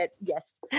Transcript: yes